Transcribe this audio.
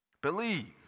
Believe